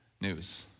news